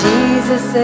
Jesus